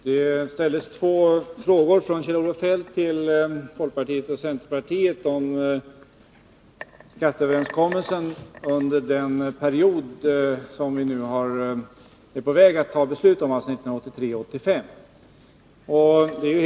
Herr talman! Kjell-Olof Feldt ställde två frågor till folkpartiet och centerpartiet om skatteöverenskommelsen beträffande den period som vi nu är på väg att fatta beslut om, alltså 1983-1985.